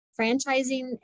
franchising